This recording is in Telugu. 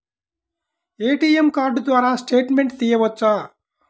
ఏ.టీ.ఎం కార్డు ద్వారా స్టేట్మెంట్ తీయవచ్చా?